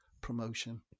promotion